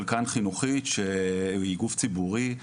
שהיא גוף ציבורי,